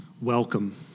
welcome